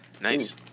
nice